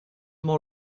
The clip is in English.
more